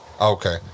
okay